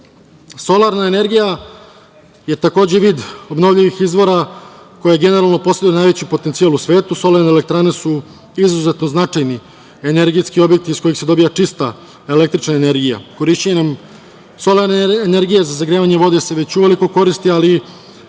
energija je takođe vid obnovljivih izvora koja generalno poseduje najveći potencijal u svetu. Solarne elektrane su izuzetno značajni energetski objekti iz kojih je dobija čista električna energija. Korišćenjem solarne energije za zagrevanje vode se već uveliko koristi, ali